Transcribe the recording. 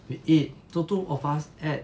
we eat so two of us had